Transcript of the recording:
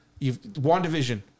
WandaVision